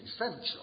essential